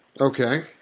Okay